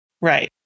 Right